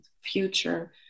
future